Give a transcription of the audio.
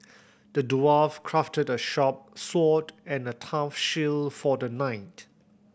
the dwarf crafted a sharp sword and a tough shield for the knight